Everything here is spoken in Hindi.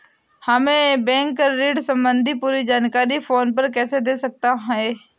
हमें बैंक ऋण संबंधी पूरी जानकारी फोन पर कैसे दे सकता है?